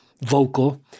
vocal